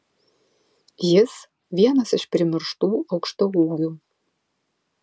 jis vienas iš primirštų aukštaūgių